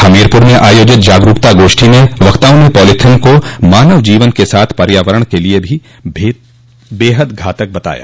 हमीरपुर में आयोजित जागरूकता गोष्ठी में वक्ताओं ने पॉलिथीन को मानव जीवन के साथ पर्यावरण के लिए भी बेहद घातक बताया